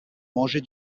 manger